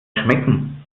schmecken